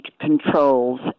controls